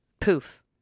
Poof